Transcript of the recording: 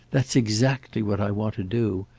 that's exactly what i want to do.